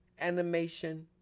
animation